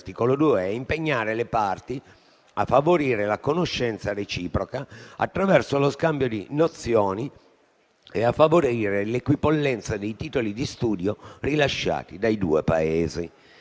di studio, in base all'articolo 2, e a impegnare le parti a favorire la conoscenza reciproca, attraverso lo scambio di nozioni e a favorire l'equipollenza dei titoli di studio rilasciati dai due Paesi.